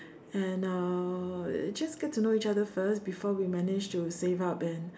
and uh just get to know each other first before we manage to save up and